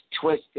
twisted